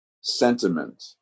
sentiment